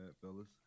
fellas